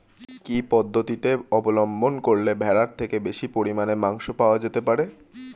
কি পদ্ধতিতে অবলম্বন করলে ভেড়ার থেকে বেশি পরিমাণে মাংস পাওয়া যেতে পারে?